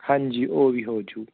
ਹਾਂਜੀ ਉਹ ਵੀ ਹੋ ਜੂ